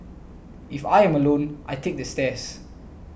if I am alone I take the stairs